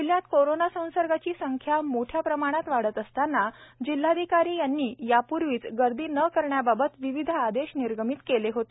जिल्ह्यात कोरोना संसर्गाची संख्या मोठ्या प्रमाणात वाढत असताना जिल्हाधिकारी यांनी यापूर्वीच गर्दी न करण्याबाबत विविध आदेश निर्गमित केले होते